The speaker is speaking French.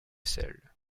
sel